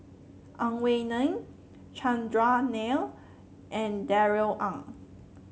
Ang Wei Neng Chandran Nair and Darrell Ang